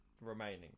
remaining